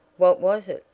what was it?